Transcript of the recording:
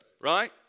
right